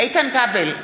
איתן כבל,